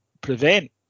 prevent